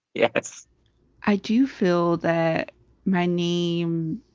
yes i do feel that my name,